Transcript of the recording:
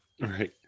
Right